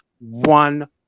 one